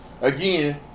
Again